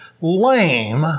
lame